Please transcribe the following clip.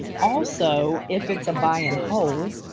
also if it's a buy and hold,